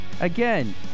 Again